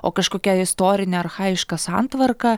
o kažkokia istorinė archajiška santvarka